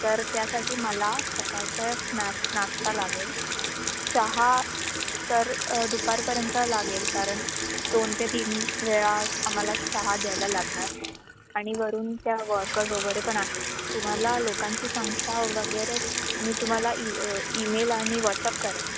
तर त्यासाठी मला सकाळचं स्नॅक्स नाश्ता लागेल चहा तर दुपारपर्यंतचा लागेल कारण दोन ते तीन वेळा आम्हाला चहा द्यायला लागणार आणि वरून त्या वर्कर्स वगैरे पण आहेत तुम्हाला लोकांची संख्या वगैरे मी तुम्हाला ई ईमेल आणि व्हॉट्सअप करेन